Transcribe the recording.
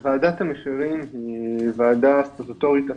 וועדת המחירים היא וועדה סטטוטורית עצמאית,